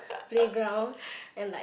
playground and like